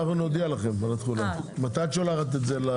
אנחנו נודיע לכם על התחולה, מתי את שולחת את זה?